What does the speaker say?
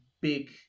big